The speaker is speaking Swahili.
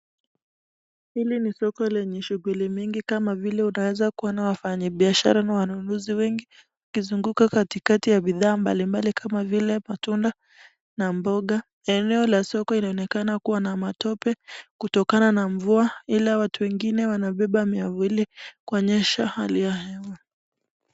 Hili ni soko ambalo lina shughuli mingi kama vile tunaeza kuona nia biashara, wanunuzi wengi wakizunguka katikati ya bidhaa mbalimbali kama vile matunda na mboga, eneo la soko inaonekana kuwa na matope kutokana na mvua ila watu wengine wanabeba miavuli, kuonyesha hali ya hewa.